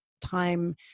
time